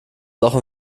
loch